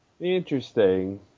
Interesting